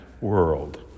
world